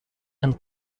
and